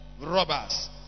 robbers